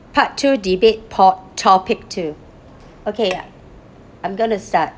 part two debate po~ topic two okay I'm gonna start